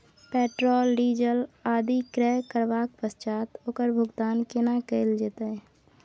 Petrol, diesel आदि क्रय करबैक पश्चात ओकर भुगतान केना कैल जेतै?